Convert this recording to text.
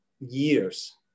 years